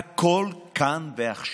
הכול כאן ועכשיו.